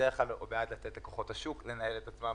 אני בדרך כלל בעד לתת לכוחות השוק לנהל את עצמם,